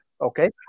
okay